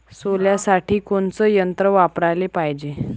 सोल्यासाठी कोनचं यंत्र वापराले पायजे?